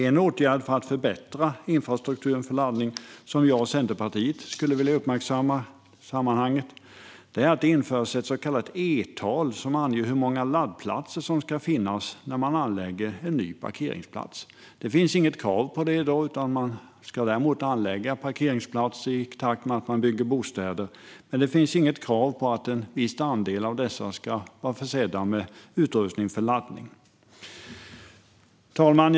En åtgärd för att förbättra infrastrukturen för laddning, som jag och Centerpartiet vill uppmärksamma, är att det införs ett så kallat e-tal som anger hur många laddplatser som ska finnas när man anlägger en ny parkeringsplats. Det finns inget krav utan man ska anlägga parkeringsplatser i takt med att bostäder byggs. Men det finns inget krav på att en viss andel av dem ska vara försedda med utrustning för laddning. Fru talman!